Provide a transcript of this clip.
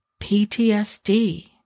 PTSD